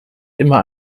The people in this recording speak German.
immer